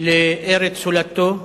לארץ הולדתו,